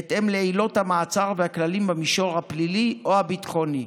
בהתאם לעילות המעצר והכללים במישור הפלילי או הביטחוני.